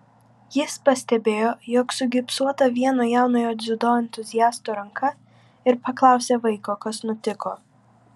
jis pastebėjo jog sugipsuota vieno jaunojo dziudo entuziasto ranka ir paklausė vaiko kas nutiko